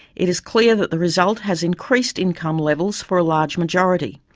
it is clear that the result has increased income levels for a large majority.